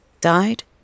Died